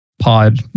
Pod